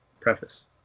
preface